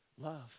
love